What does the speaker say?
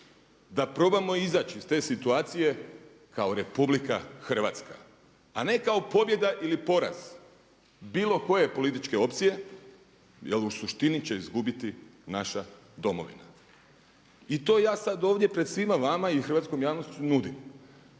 da probamo izaći iz te situacije kao RH a ne kao pobjeda ili poraz bilo koje političke opcije jel u suštini će izgubiti naša domovina. I to ja sad ovdje pred svima vama i hrvatskom javnošću nudim.